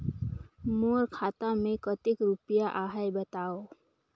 मोर खाता मे कतेक रुपिया आहे बताव?